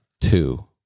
two